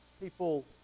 people